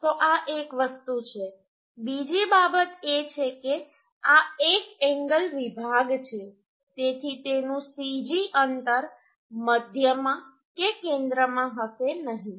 તો આ એક વસ્તુ છે બીજી બાબત એ છે કે આ એક એન્ગલ વિભાગ છે તેથી તેનું cg અંતર મધ્યમાં કે કેન્દ્રમાં હશે નહીં